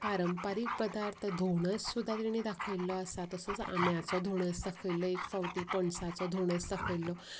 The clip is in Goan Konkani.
पारंपारीक पदार्थ धोणस सुद्दां तिणें दाखयल्लो आसा तसोच आंब्याचो धोणस दाखयल्लो एक फावटी पणसाचो धोणस दाखयल्लो